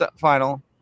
final